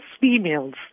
females